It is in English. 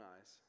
eyes